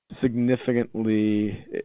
significantly –